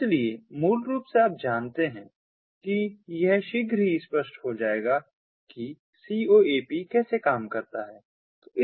इसलिए मूल रूप से आप जानते हैं कि यह शीघ्र ही स्पष्ट हो जाएगा कि CoAP कैसे काम करता है